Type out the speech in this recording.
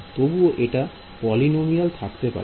তবুও এটা পলিনোমিয়াল থাকতে পারে